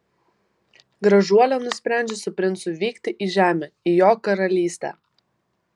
gražuolė nusprendžia su princu vykti į žemę į jo karalystę